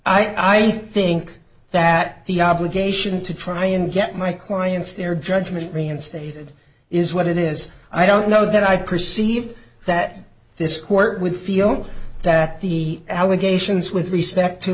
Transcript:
i think that the obligation to try and get my client's their judgment reinstated is what it is i don't know that i perceived that this court would feel that the allegations with respect to